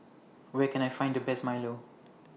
Where Can I Find The Best Milo